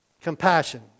compassion